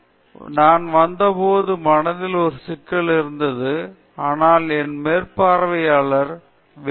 ஸ்வேதாம்புல் தாஸ் சரி நான் வந்தபோது என் மனதில் ஒரு சிக்கல் இருந்தது ஆனால் என் மேற்பார்வையாளர் வேறு ஒரு பிரச்சனையைப் பெற்றிருந்தார்